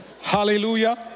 Hallelujah